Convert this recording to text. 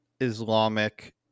islamic